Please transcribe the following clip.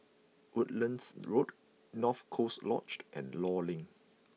Woodlands Road North Coast Lodged and Law Link